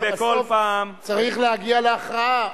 בסוף צריך להגיע להכרעה,